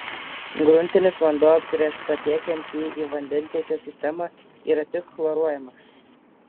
gruntinis vanduo prieš patiekiant jį į vandentiekio sistemą yra tik chloruojamas